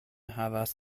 havas